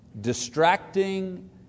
distracting